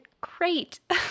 great